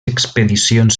expedicions